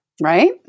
Right